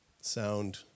Sound